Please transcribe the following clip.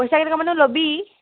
পইচা কেইটকা মান ল'বি